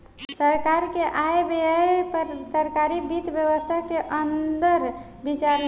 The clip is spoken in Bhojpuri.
सरकार के आय व्यय पर सरकारी वित्त व्यवस्था के अंदर विचार होला